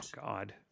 god